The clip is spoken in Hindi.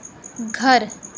घर